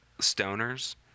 Stoners